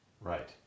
Right